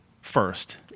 first